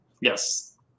Yes